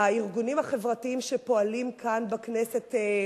הארגונים החברתיים שפועלים כאן בכנסת,